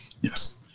yes